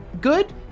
Good